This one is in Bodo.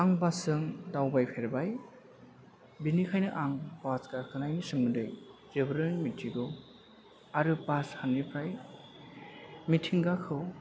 आं बासजों दावबाय फेरबाय बेनिखायनो आं बास गाखोनायनि सोमोन्दै जोबोरैनो मिथिगौ आरो बास सानिफ्राय मिथिंगाखौ